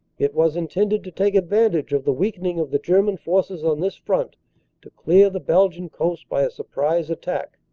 it was intended to take advantage of the weakening of the german forces on this front to clear the belgian coast by a surprise attack.